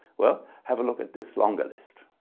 well, have a look at this longer list.